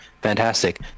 fantastic